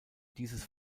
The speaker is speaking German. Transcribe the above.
dieses